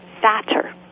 fatter